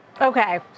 Okay